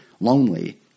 lonely